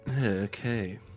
Okay